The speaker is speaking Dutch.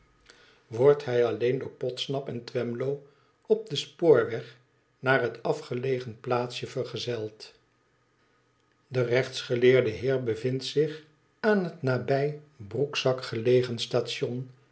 wordt hij alleen door podsnap en twemlow op den spoorweg naar het afgelegen plaatsje vergezeld de rechtsgeleerde heer bevindt zich aan het nabij broekzak gelegen station